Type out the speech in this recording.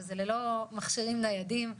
וזה ללא מכשירים ניידים.